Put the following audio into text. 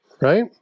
Right